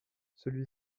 celui